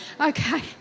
okay